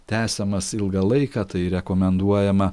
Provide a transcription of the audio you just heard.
tęsiamas ilgą laiką tai rekomenduojama